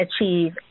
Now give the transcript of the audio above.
achieve